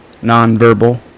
nonverbal